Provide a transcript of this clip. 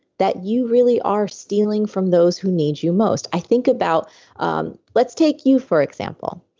that you really are stealing from those who need you most. i think about um let's take you for example.